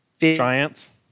giants